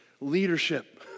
Leadership